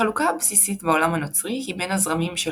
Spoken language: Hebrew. החלוקה הבסיסית בעולם הנוצרי היא בין הזרמים של